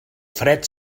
fred